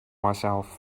myself